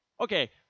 okay